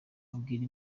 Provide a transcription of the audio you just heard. abwira